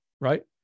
Right